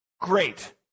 great